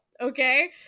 Okay